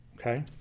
Okay